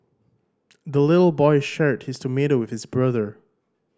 the little boy shared his tomato with his brother